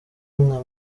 nka